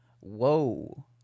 Whoa